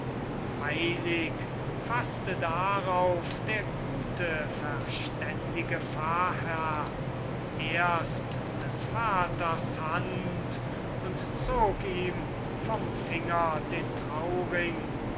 eilig faßte darauf der gute verständige pfarrherr erst des vaters hand und zog ihm vom finger den trauring